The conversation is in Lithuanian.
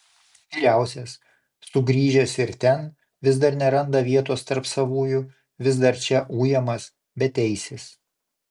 vyriausias sugrįžęs ir ten vis dar neranda vietos tarp savųjų vis dar čia ujamas beteisis